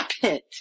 Pit